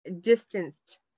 distanced